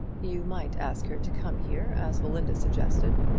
you might ask her to come here, as belinda suggested.